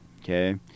okay